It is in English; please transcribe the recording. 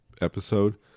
episode